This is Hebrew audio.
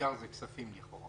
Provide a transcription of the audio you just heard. בעיקר זה כספים לכאורה.